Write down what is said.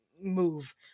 move